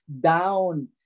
down